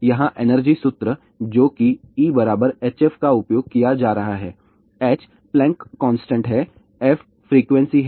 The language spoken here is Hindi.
यहां एनर्जी सूत्र जो कि E hf का उपयोग किया जा रहा है h प्लैंक कांस्टेंट है f फ्रीक्वेंसी है